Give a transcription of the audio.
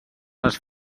les